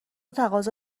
تقاضا